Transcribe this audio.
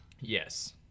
Yes